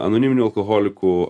anoniminių alkoholikų